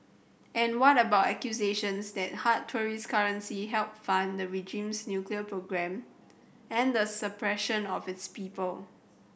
and what about accusations that hard tourist currency help fund the regime's nuclear program and the suppression of its people